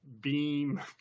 beam